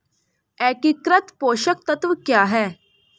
एकीकृत पोषक तत्व क्या है?